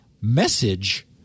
message